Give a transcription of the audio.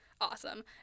awesome